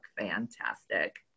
fantastic